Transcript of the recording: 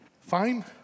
Fine